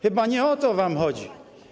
Chyba nie o to wam chodzi?